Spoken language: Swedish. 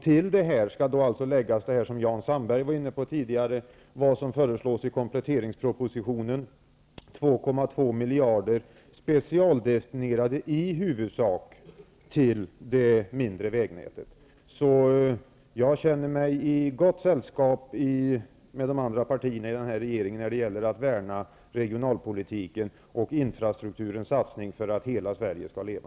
Till detta skall läggas det som Jan Sandberg var inne på tidigare, vad som föreslås i kompletteringspropositionen -- 2,2 miljarder, i huvudsak specialdestinerade till det mindre vägnätet. Så jag känner mig i gott sällskap tillsammans med de andra partierna i regeringen när det gäller att värna regionalpolitiken och satsningarna på infrastruktur för att hela Sverige skall leva.